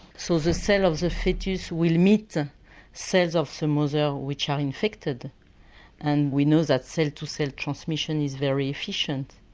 so the cell of the fetus will meet the cells of the mother which are infected and we know that cell to cell transmission is very efficient.